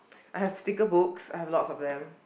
I have sticker books I have lots of them